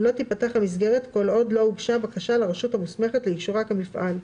לא תפתח המסגרת כל עוד לא הוגשה בקשה לרשות המוסמכת לאישורה כמפעל,